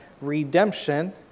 redemption